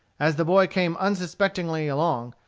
as the boy came unsuspectingly along,